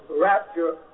rapture